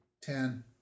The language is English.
ten